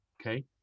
okay